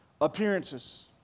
appearances